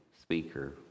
speaker